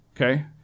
okay